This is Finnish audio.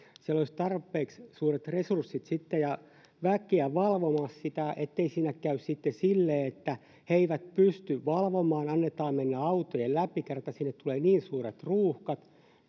siellä olisi sitten tarpeeksi suuret resurssit ja väkeä valvomassa sitä ettei siinä käy sitten silleen että he eivät pysty valvomaan ja annetaan autojen mennä läpi kun kerta sinne tulee niin suuret ruuhkat